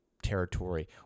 Territory